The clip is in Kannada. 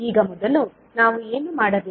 ಈಗ ಮೊದಲು ನಾವು ಏನು ಮಾಡಬೇಕು